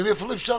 איפה לא אפשרתי?